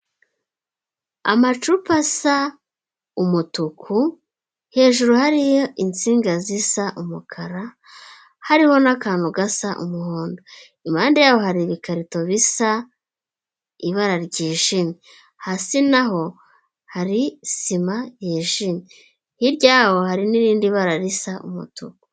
Amacupa asa umutuku hejuru hariyo insinga zisa umukara, hariho n'akantu gasa umuhondo, impande yaho hari ibikarito bisa ibara ryijimye, hasi naho hari sima yijimye, hirya yaho hari n'irindi bara risa umutuku.